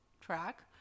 track